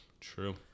True